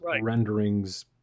renderings